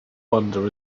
wander